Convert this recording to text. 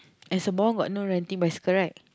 and Sembawang got no renting bicycle right